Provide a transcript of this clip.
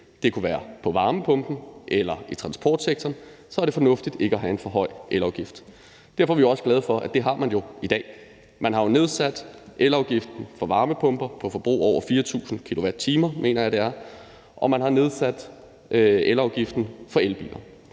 det kunne være med varmepumpen eller i transportsektoren – er det fornuftigt ikke at have en for høj elafgift. Derfor er vi også glade for, at vi ikke har det i dag. Man har jo nedsat elafgiften for varmepumper på forbrug over 4.000 kWh, mener jeg det er, og man har nedsat elafgiften for elbiler.